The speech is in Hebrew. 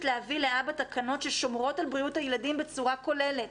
להביא להבא תקנות ששומרות על בריאות הילדים בצורה כוללת.